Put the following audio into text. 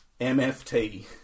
MFT